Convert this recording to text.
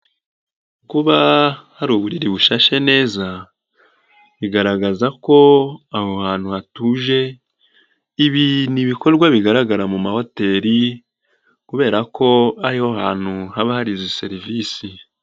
Kuba hari uburiri bushashe neza bigaragaza ko aho hantu hatuje, ibi ni ibikorwa bigaragara mu mahoteli kubera ko ari ho hantu haba hari izi serivisi.